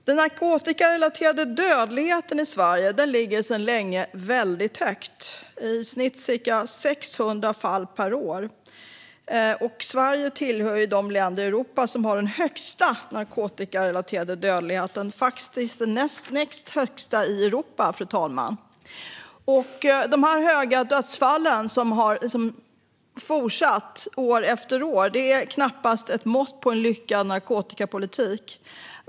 Den narkotikarelaterade dödligheten i Sverige ligger sedan länge väldigt högt. I snitt är det ca 600 fall per år, vilket gör att Sverige tillhör de länder i Europa som har den högsta narkotikarelaterade dödligheten - faktiskt har vi Europas näst högsta, fru talman. Dessa höga dödstal, som har fortsatt år efter år, är knappast ett mått på en lyckad narkotikapolitik.